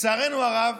לצערנו הרב,